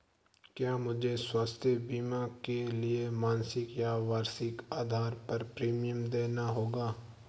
क्या मुझे स्वास्थ्य बीमा के लिए मासिक या वार्षिक आधार पर प्रीमियम देना होगा?